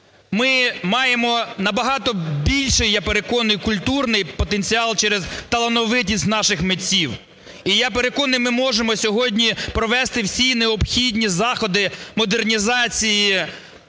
Ми маємо набагато більший, я переконаний, культурний потенціал через талановитість наших митців. І я переконаний, ми можемо сьогодні провести всі необхідні заходи модернізації